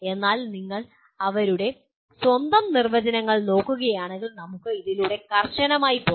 എന്നാൽ നിങ്ങൾ അവരുടെ സ്വന്തം നിർവചനങ്ങൾ നോക്കുകയാണെങ്കിൽ നമുക്ക് ഇതിലൂടെ കർശനമായി പോകാം